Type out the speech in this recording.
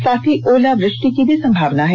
साथ ही ओला वृष्टि की भी संभावना है